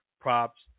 props